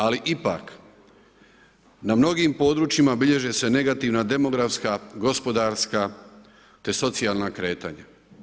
Ali ipak, na mnogim područjima bilježe se negativna demografska, gospodarska te socijalna kretanja.